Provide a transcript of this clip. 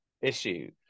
issue